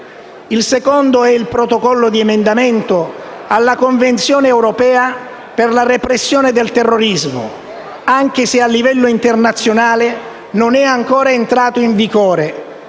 Il secondo è il Protocollo di emendamento alla Convenzione europea per la repressione del terrorismo, anche se a livello internazionale non è ancora entrato in vigore,